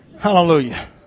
Hallelujah